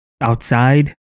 outside